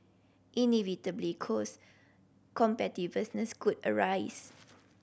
inevitably cost competitiveness could arise